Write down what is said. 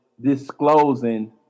disclosing